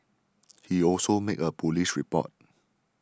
he also made a police report